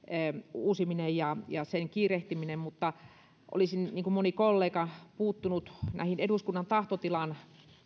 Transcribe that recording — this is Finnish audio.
uusiminen ja ja sen kiirehtiminen mutta niin kuin moni kollega olisin puuttunut tähän eduskunnan tahtotilan